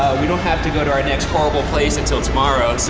we don't have to go to our next horrible place until tomorrow, so